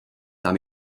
tam